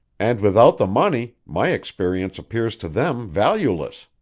and without the money my experience appears to them valueless.